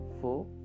four